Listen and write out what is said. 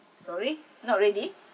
sorry not ready